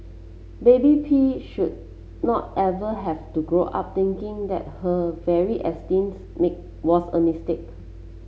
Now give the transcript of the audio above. baby P should not ever have to grow up thinking that her very existence make was a mistake